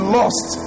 lost